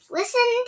listen